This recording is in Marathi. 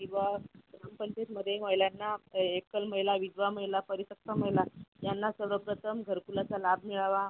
की बुवा पंचवीसमध्ये महिलांना एकल महिला विधवा महिला परित्यक्ता महिला यांना सर्वप्रथम घरकुलाचा लाभ मिळावा